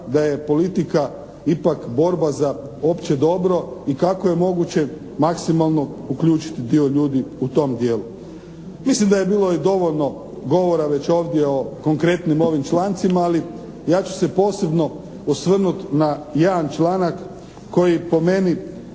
da je politika ipak borba za opće dobro i kako je moguće maksimalno uključiti dio ljudi u tom dijelu. Mislim da je bilo i dovoljno govora već ovdje o konkretnim ovim člancima ali ja ću se posebno osvrnuti na jedan članak koji po meni